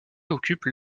occupe